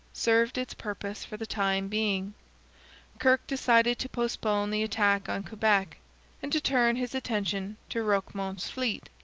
served its purpose for the time being kirke decided to postpone the attack on quebec and to turn his attention to roquemont's fleet.